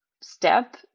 step